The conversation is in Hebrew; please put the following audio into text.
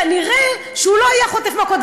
כנראה הוא לא היה חוטף מכות.